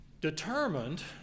determined